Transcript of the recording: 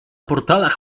portalach